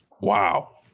Wow